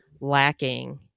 lacking